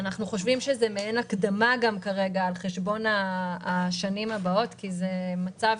אנחנו חושבים שזה מעין הקדמה על חשבון השנים הבאות כי זה מצב